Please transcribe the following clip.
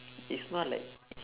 it's not like